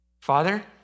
Father